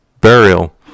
burial